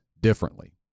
differently